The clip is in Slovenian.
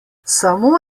samo